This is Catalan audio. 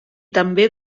també